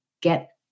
get